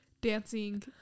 dancing